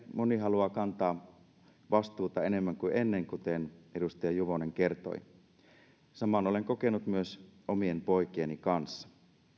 moni haluaa kantaa vastuuta enemmän kuin ennen kuten edustaja juvonen kertoi saman olen kokenut myös omien poikieni kanssa